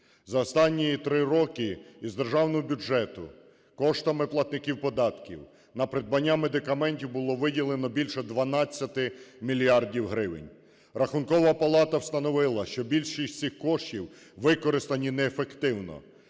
За останні три роки із державного бюджету коштами платників податків на придбання медикаментів було виділено більше 12 мільярдів гривень. Рахункова палата встановила, що більшість цих коштів використані неефективно.